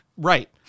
Right